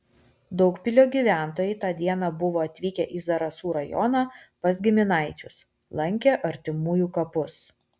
daugpilio gyventojai tą dieną buvo atvykę į zarasų rajoną pas giminaičius lankė artimųjų kapus